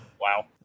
Wow